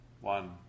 one